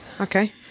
Okay